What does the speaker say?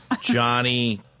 Johnny